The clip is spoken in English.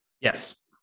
Yes